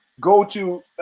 go-to